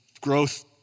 growth